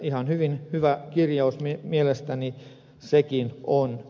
ihan hyvä kirjaus mielestäni sekin on